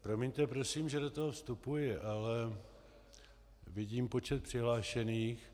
Promiňte, prosím, že do toho vstupuji, ale vidím počet přihlášených.